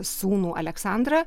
sūnų aleksandrą